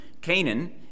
Canaan